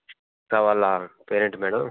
కా వాళ్ళ parent madam